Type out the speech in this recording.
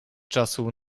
czasu